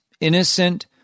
innocent